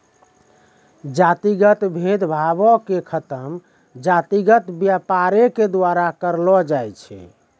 जातिगत भेद भावो के खतम जातिगत व्यापारे के द्वारा करलो जाय सकै छै